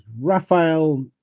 Raphael